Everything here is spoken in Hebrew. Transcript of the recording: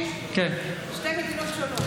שתי מדינות שונות.